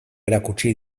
erakutsi